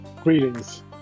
Greetings